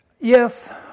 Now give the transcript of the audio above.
Yes